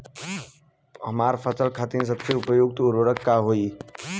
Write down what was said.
हमार फसल खातिर सबसे उपयुक्त उर्वरक का होई?